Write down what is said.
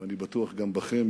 ואני בטוח גם בכם,